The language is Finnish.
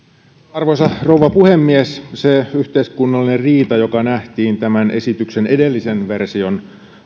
arvoisa rouva puhemies se yhteiskunnallinen riita joka nähtiin tämän esityksen edellisen version